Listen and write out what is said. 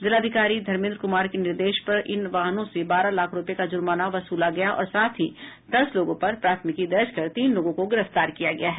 जिलाधिकारी धर्मेन्द्र कुमार के निर्देश पर इन वाहनों से बारह लाख रूपये का जुर्माना वसूला गया है और साथ ही दस लोगों पर प्राथमिकी दर्ज कर तीन लोगों को गिरफ्तार किया गया है